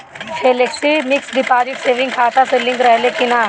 Flexi fix deposit saving खाता से link रहले कि ना?